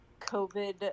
COVID